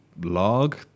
log